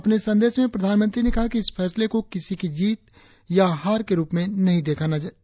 अपने संदेश में प्रधानमंत्री ने कहा कि इस फैसले को किसी की जीत या हार के रुप में नही देखा जाना चाहिए